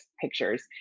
pictures